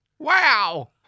Wow